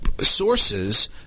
sources